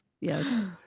Yes